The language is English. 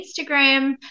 Instagram